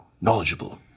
knowledgeable